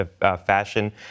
fashion